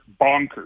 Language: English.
bonkers